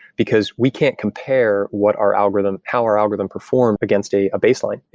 because we can't compare what our algorithm how our algorithm performed against a baseline.